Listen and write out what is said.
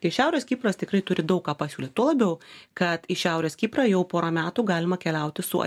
tai šiaurės kipras tikrai turi daug ką pasiūlyt tuo labiau kad į šiaurės kiprą jau porą metų galima keliauti su